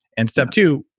and step two,